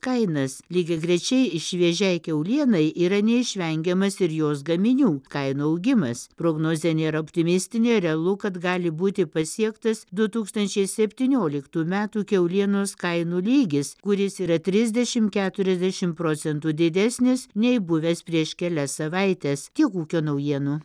kainas lygiagrečiai šviežiai kiaulienai yra neišvengiamas ir jos gaminių kainų augimas prognozė nėra optimistinė realu kad gali būti pasiektas du tūkstančiai septynioliktų metų kiaulienos kainų lygis kuris yra trisdešim keturiasdešim procentų didesnis nei buvęs prieš kelias savaites tiek ūkio naujienų